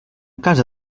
casa